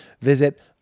Visit